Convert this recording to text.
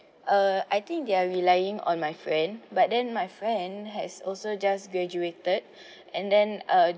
uh I think they are relying on my friend but then my friend has also just graduated and then uh